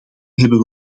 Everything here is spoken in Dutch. hebben